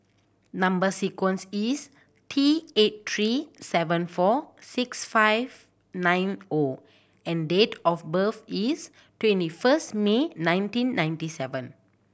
number sequence is T eight three seven four six five nine O and date of birth is twenty first May nineteen ninety seven